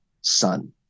Son